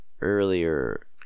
earlier